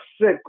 sick